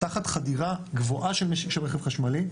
תחת חדירה גבוהה של רכב חשמלי.